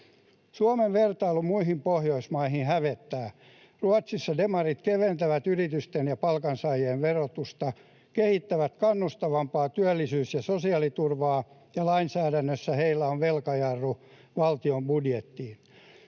Suomen vertailu muihin Pohjoismaihin hävettää. Ruotsissa demarit keventävät yritysten ja palkansaajien verotusta ja kehittävät kannustavampaa työllisyys‑ ja sosiaaliturvaa, ja lainsäädännössä heillä on velkajarru valtion budjettiin.